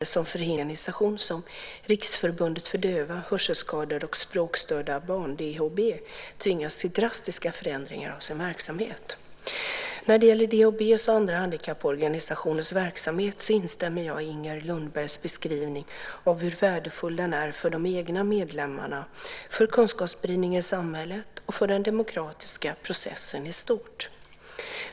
Fru talman! Inger Lundberg har frågat mig om jag är beredd att vidta åtgärder som förhindrar att en föräldraorganisation som Riksförbundet för Döva, Hörselskadade och Språkstörda Barn, DHB, tvingas till drastiska förändringar av sin verksamhet. När det gäller DHB:s och andra handikapporganisationers verksamhet instämmer jag i Inger Lundbergs beskrivning av hur värdefull den är för de egna medlemmarna, för kunskapsspridningen i samhället och för den demokratiska processen i stort.